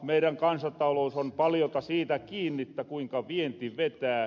meidän kansantalous on paljolta siitä kiinni kuinka vienti vetää